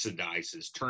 turns